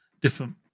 different